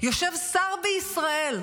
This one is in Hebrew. יושב שר בישראל,